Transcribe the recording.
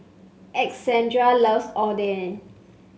Alexandria loves Oden